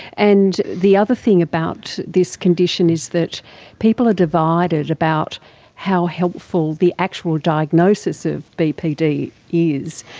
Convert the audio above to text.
and the other thing about this condition is that people are divided about how helpful the actual diagnosis of bpd is.